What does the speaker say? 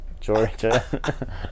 Georgia